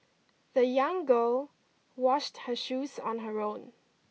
the young girl washed her shoes on her own